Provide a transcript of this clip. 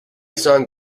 song